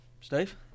Steve